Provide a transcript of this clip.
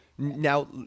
Now